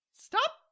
stop